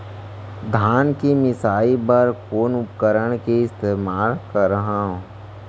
धान के मिसाई बर कोन उपकरण के इस्तेमाल करहव?